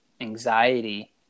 anxiety